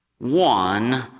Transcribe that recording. One